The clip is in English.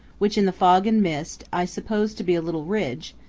which, in the fog and mist, i suppose to be a little ridge,